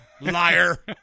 Liar